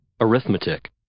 Arithmetic